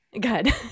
good